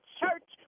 church